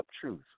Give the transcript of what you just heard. truth